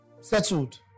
Settled